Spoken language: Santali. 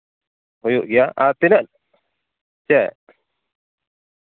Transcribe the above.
ᱦᱩᱭᱩᱜ ᱜᱮᱭᱟ ᱟᱨ ᱛᱤᱱᱟᱹᱜ ᱪᱮᱫ